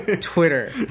Twitter